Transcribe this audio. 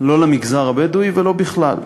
לא למגזר הבדואי ולא בכלל.